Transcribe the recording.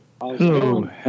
Hello